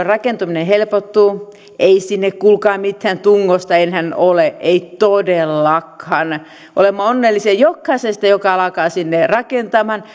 rakentaminen helpottuu ei sinne kuulkaa mitään tungosta enää ole ei todellakaan olemme onnellisia jokaisesta joka alkaa sinne rakentamaan